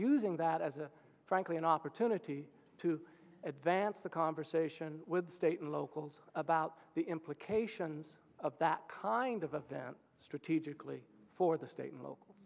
using that as a frankly an opportunity to advance the conversation with state and locals about the implications of that kind of of that strategically for the state and local